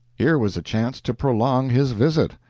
here was a chance to prolong his visit.